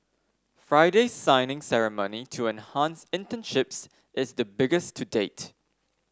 Friday's signing ceremony to enhance internships is the biggest to date